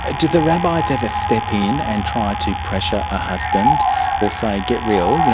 ah do the rabbis ever step in and try to pressure a husband or say, get real, you know